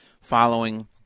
following